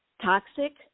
toxic